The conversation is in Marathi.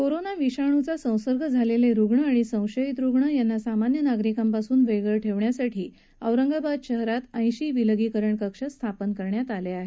कोरोना विषाणूचा संसर्ग झालेले रुग्ण आणि संशयित रुग्ण यांना सामान्य नागरिकांपासून वेगळं ठेवण्यासाठी औरंगाबाद शहरात ऐशी विलगीकरण कक्ष स्थापन करण्यात आले आहेत